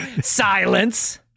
silence